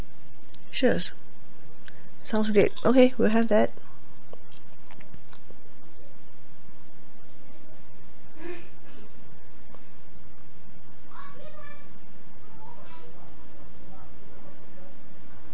sure sound great okay we'll have that